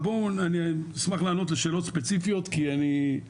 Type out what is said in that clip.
אז בואו, אני אשמח לענות לשאלות ספציפיות כי יש